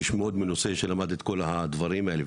הוא איש מאוד מנוסה שלמד את הדברים לעומק.